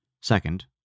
Second